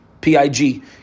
PIG